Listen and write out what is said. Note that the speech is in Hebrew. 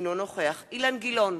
אינו נוכח אילן גילאון,